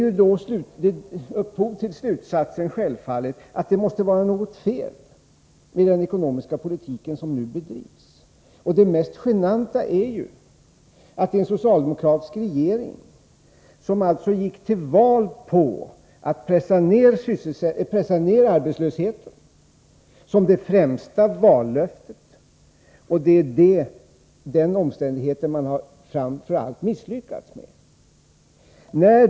Det leder självfallet till slutsatsen att det måste vara något fel med den ekonomiska politik som nu bedrivs. Och det mest genanta är ju att det är en socialdemokratisk regering, som alltså gick till val på att man skulle pressa ner arbetslösheten. Det var det främsta vallöftet, och det är detta som man framför allt har misslyckats med att infria.